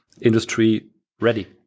industry-ready